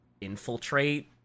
infiltrate